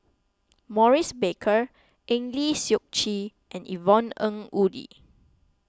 Maurice Baker Eng Lee Seok Chee and Yvonne Ng Uhde